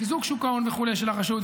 חיזוק שוק ההון וכו' של הרשות,